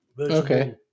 Okay